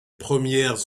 premières